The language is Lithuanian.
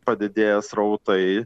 padidėja srautai